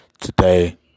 today